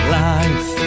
life